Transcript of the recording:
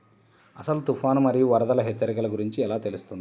అసలు తుఫాను మరియు వరదల హెచ్చరికల గురించి ఎలా తెలుస్తుంది?